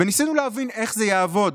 וניסינו להבין איך זה יעבוד.